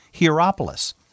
Hierapolis